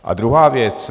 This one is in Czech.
A druhá věc.